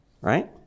Right